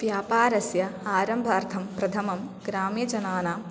व्यापारस्य आरम्भार्थं प्रथमं ग्राम्यजनानाम्